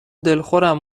دلخورم